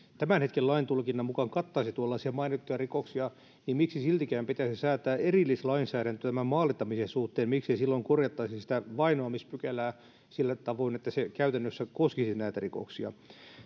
tämän hetken laintulkinnan mukaan kattaisi tuollaisia mainittuja rikoksia niin miksi siltikään pitäisi säätää erillislainsäädäntöä tämän maalittamisen suhteen miksei silloin korjattaisi sitä vainoamispykälää sillä tavoin että se käytännössä koskisi näitä rikoksia